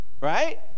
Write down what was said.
Right